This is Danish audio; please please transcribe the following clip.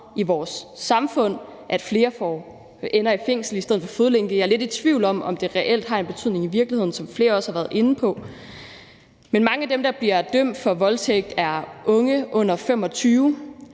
i vores samfund, at flere ender i fængsel i stedet for fodlænke. Jeg er lidt i tvivl om, om det reelt har en betydning i virkeligheden, som flere også har været inde på. Men mange af dem, der bliver dømt for voldtægt, er unge under 25